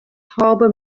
harbor